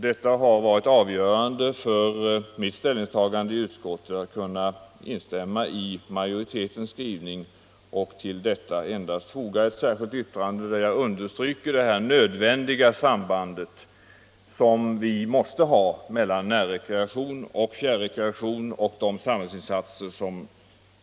Detta har varit avgörande för att jag har kunnat instämma i utskottsmajoritetens skrivning och till betänkandet endast foga ett särskilt yttrande, där jag understryker nödvändigheten av ett samband mellan närrekreation och fjärrekreation vid framtida samhällsinsatser.